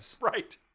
Right